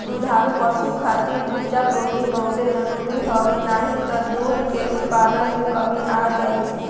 दुधारू पशु खातिर उर्जा, प्रोटीन बहुते जरुरी हवे नाही त दूध के उत्पादन में कमी आ जाई